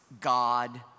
God